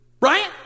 Right